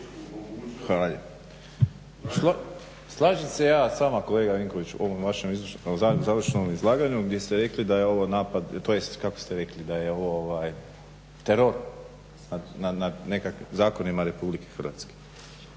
lijepa. Slažem se ja s vama kolega Vinkoviću u ovom vašem završnom izlaganju gdje ste rekli da je ovo napad, tj. kako ste rekli da je ovo teror nad zakonima Republike Hrvatske.